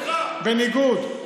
בניגוד,